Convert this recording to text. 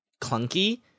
clunky